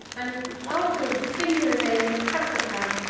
and afterwards the singular name of catapan,